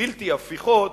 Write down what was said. בלתי הפיכות,